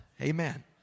Amen